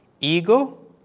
Ego